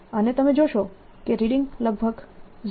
અને તમે જોશો કે રીડિંગ લગભગ 0